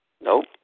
nope